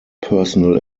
personal